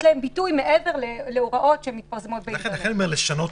להם ביטוי מעבר להוראות שמתפרסמות --- לכן אני אומר לשנות